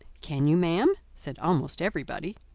can you, ma'am? said almost every body.